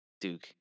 Duke